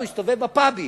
הוא הסתובב בפאבים,